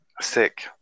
sick